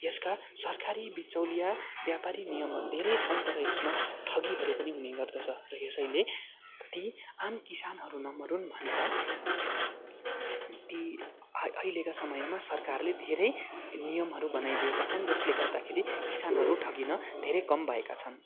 यसका सरकारी बिचौलिया व्यापारी नियमहरू धेरै छन् तर यसमा ठगीहरू पनि हुने गर्दछ र यसैले ती आम किसानहरू नमरुन् भनेर ती अ अहिलेको समयमा सरकारले धेरै नियमहरू बनाइदिएका छन् जसले गर्दाखेरि किसानहरू ठगिन धेरै कम् भएका छन्